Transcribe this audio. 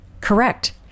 Correct